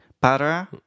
Para